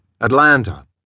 Atlanta